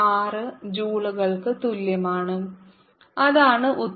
0 ജൂളുകൾക്ക് തുല്യമാണ് അതാണ് ഉത്തരം